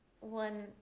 one